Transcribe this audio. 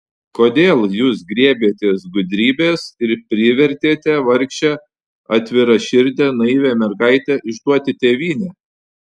kodėl jūs griebėtės gudrybės ir privertėte vargšę atviraširdę naivią mergaitę išduoti tėvynę